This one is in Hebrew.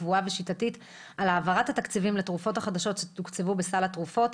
קבועה ושיטתית על העברת התקציבים לתרופות החדשות שתוקצבו בסל התרופות,